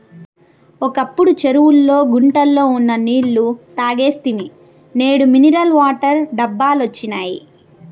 ఒకప్పుడు చెరువుల్లో గుంటల్లో ఉన్న నీళ్ళు తాగేస్తిమి నేడు మినరల్ వాటర్ డబ్బాలొచ్చినియ్